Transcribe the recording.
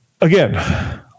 again